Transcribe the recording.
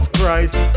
Christ